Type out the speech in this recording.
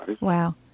Wow